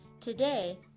Today